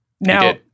Now